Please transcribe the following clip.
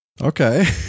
Okay